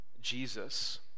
Jesus